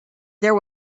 there